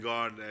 God